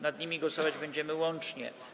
Nad nimi głosować będziemy łącznie.